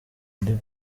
alibaba